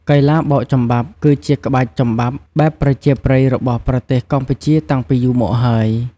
កីឡាបោកចំបាប់ គឺជាក្បាច់ចំបាប់បែបប្រជាប្រិយរបស់ប្រទេសកម្ពុជាតាំងពីយូមកហើយ ។